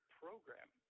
program